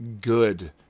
good